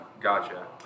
Gotcha